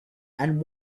and